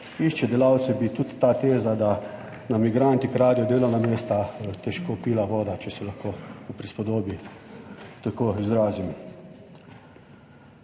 išče delavce bi tudi ta teza, da nam migranti kradejo delovna mesta težko pila vodo, če se lahko v prispodobi tako izrazim.